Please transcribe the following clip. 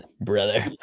Brother